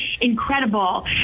incredible